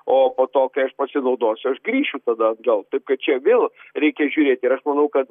o po to kai aš pasinaudosiu aš grįšiu tada atgal taip kad čia vėl reikia žiūrėti ir aš manau kad